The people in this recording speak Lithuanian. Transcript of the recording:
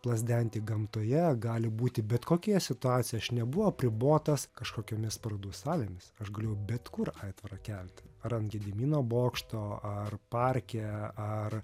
plazdenti gamtoje gali būti bet kokia situacija aš nebuvau apribotas kažkokiomis parodų salėmis aš galiu bet kur aitvarą kelti ar ant gedimino bokšto ar parke ar